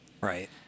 Right